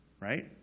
Right